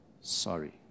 Sorry